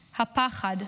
הפחד.